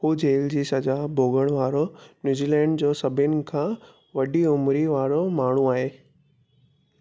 हू जेल जी सज़ा भोॻण वारो न्यूजीलैंड जो सभिनी खां वॾी उमिरि वारो माण्हू आहे